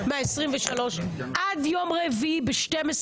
מ-23 עד יום רביעי ב-12,